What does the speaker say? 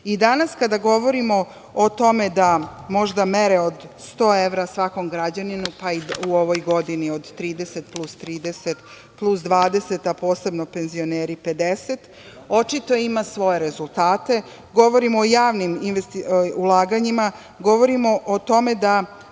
danas. Danas kada govorimo o tome da možda mere od 100 evra svakom građaninu, pa i u ovoj godini od 30, plus 30, plus 20, a posebno penzioneri 50, očito ima svoje rezultate. Govorimo o javnim ulaganjima, govorimo o tome da